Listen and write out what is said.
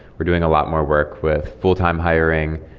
we're doing a lot more work with full time hiring,